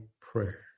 prayer